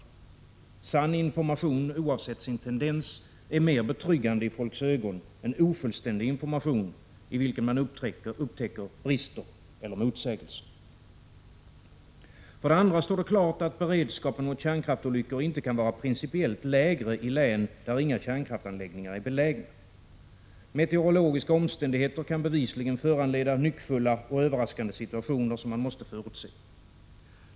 Sann information, oavsett sin tendens, är mer betryggande i folks ögon än ofullständig information i vilken man upptäcker brister eller motsägelser. För det andra står det klart att beredskapen mot kärnkraftsolyckor inte kan vara principiellt lägre i län där inga kärnkraftsanläggningar är belägna. Meteorologiska omständigheter kan bevisligen föranleda nyckfulla och överraskande situationer, som man måste förutse.